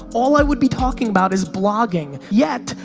all i would be talking about is blogging, yet,